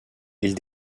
ils